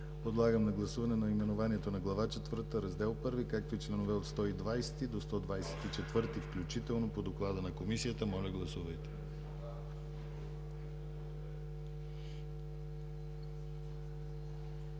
Подлагам на гласуване наименованието на Раздел V, както и членове от 144 до 149 включително по доклада на Комисията. Гласували